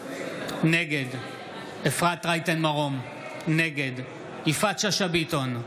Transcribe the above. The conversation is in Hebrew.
נגד אפרת רייטן מרום, נגד יפעת שאשא ביטון,